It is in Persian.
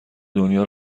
دنیا